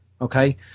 okay